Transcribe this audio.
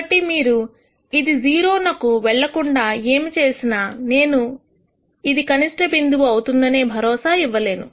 కాబట్టి మీరు ఇది 0 నకు వెళ్లకుండా ఏమి చేసినా నేను ఇది కనిష్ట బిందువు అవుతుందనే భరోసా ఇవ్వలేను